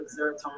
serotonin